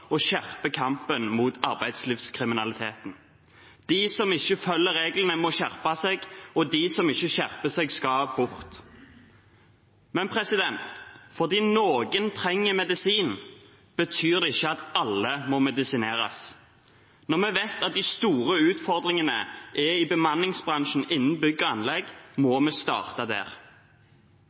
kampen mot arbeidslivskriminaliteten. De som ikke følger reglene, må skjerpe seg, og de som ikke skjerper seg, skal bort. Men at noen trenger medisin, betyr ikke at alle må medisineres. Når vi vet at de store utfordringene er i bemanningsbransjen innen bygg og anlegg, må vi starte der.